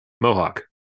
mohawk